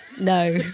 no